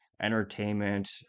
entertainment